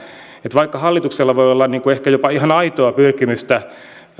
vaikka hallituksella voi olla ehkä jopa ihan aitoa pyrkimystä